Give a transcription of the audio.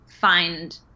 find